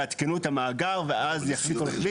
יעדכנו את המאגר, ואז יחליפו.